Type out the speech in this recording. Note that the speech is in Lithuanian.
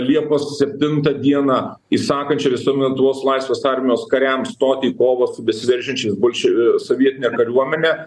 liepos septinta diena įsakančia visom lietuvos laisvės armijos kariams stoti į kovą su besiveržiančiais bolše sovietine kariuomene